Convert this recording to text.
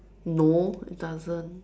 no it doesn't